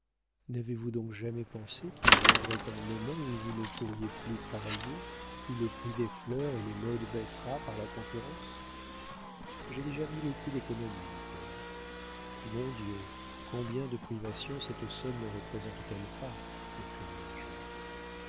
n'avez-vous donc jamais pensé qu'il viendrait un moment où vous ne pourriez plus travailler où le prix des fleurs et des modes baissera par la concurrence j'ai déjà mille écus d'économies dit-elle mon dieu combien de privations cette somme ne représente t elle pas